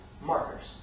markers